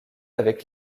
avec